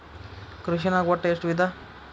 ಕೃಷಿನಾಗ್ ಒಟ್ಟ ಎಷ್ಟ ವಿಧ?